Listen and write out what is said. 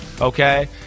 okay